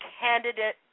candidate